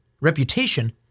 reputation